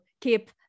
keep